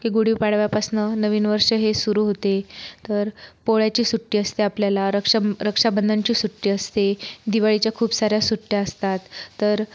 कि गुढी पाडव्यापासन नवीन वर्ष हे सुरु होते तर पोळ्याची सुट्टी असते आपल्याला रक्षम रक्षाबंधनची सुट्टी असते दिवाळीच्या खूप साऱ्या सुट्या असतात तर